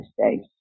States